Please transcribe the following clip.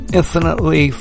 infinitely